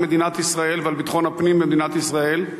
מדינת ישראל ועל ביטחון הפנים במדינת ישראל,